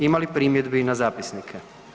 Ima li primjedbe i na zapisnike?